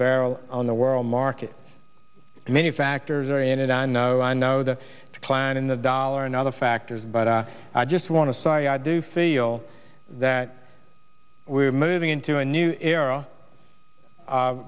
barrel on the world market and many factors are in it and so i know the plan in the dollar and other factors but i just want to say i do feel that we're moving into a new era